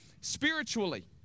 spiritually